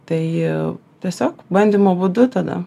tai tiesiog bandymo būdu tada